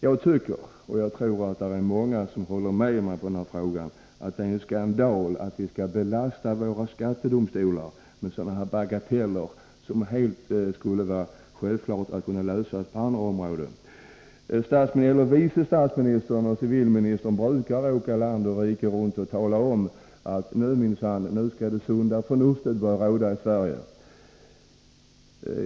Jag tycker — och det är säkert många som håller med mig i den här frågan — att det är en skandal att våra skattedomstolar skall belastas med sådana här bagateller. Det borde vara självklart att problem av det här slaget kan lösas på annat sätt. Vice statsministern och civilministern brukar åka land och rike runt och tala om att nu skall det sunda förnuftet minsann få råda i Sverige.